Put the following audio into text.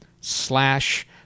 slash